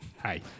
hi